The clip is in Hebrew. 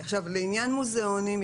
לעניין מוזיאונים,